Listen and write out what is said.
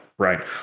Right